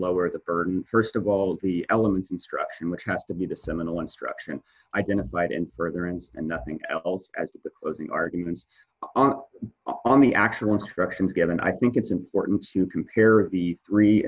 lower the burden st of all the elements instruction which has to be the seminal instruction identified in further and and nothing else as the arguments on the actual instructions given i think it's important to compare the three